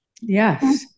Yes